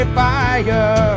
fire